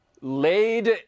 laid